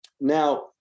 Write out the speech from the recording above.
Now